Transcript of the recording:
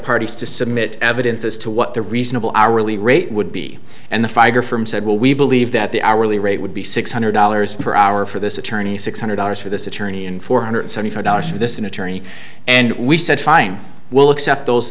parties to submit evidence as to what the reasonable hourly rate would be and the fire from said well we believe that the hourly rate would be six hundred dollars per hour for this attorney six hundred dollars for this attorney and four hundred seventy five dollars for this in attorney and we said fine we'll accept those